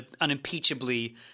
unimpeachably